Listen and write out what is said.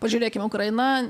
pažiūrėkim ukraina